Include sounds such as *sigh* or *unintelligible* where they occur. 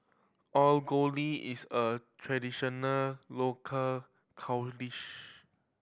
Alu *unintelligible* is a traditional local *unintelligible*